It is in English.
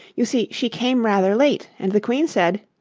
you see, she came rather late, and the queen said